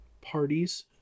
parties